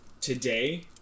today